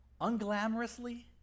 Unglamorously